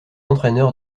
entraineur